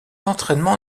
entraînement